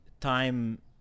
time